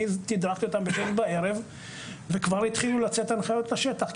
אני תדרכתי אותם אתמול בערב וכבר התחילו לצאת הנחיות לשטח,